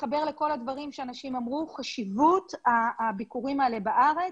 להתחבר לכל הדברים שהאנשים אמרו לגבי חשיבות הביקורים האלה בארץ.